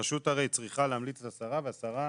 הרשות צריכה להמליץ לשרה והשרה